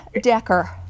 Decker